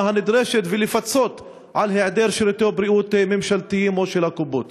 הנדרשת ולפצות על היעדר שירותי בריאות ממשלתיים או של הקופות.